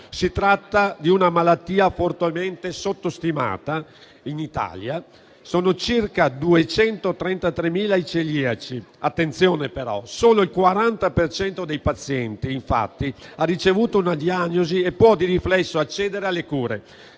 si tratta di una malattia fortemente sottostimata in Italia: sono circa 233.000 i celiaci. Attenzione, però, perché solo il 40 per cento dei pazienti ha ricevuto una diagnosi e può, di riflesso, accedere alle cure.